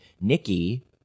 nikki